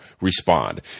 respond